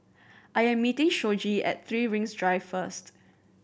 I am meeting Shoji at Three Rings Drive first